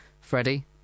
Freddie